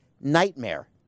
nightmare